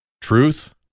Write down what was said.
Truth